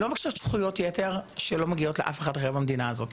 לא מבקשות זכויות יתר שלא מגיעות לאף אחד אחר במדינה הזאת.